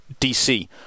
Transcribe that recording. DC